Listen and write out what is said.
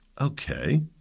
Okay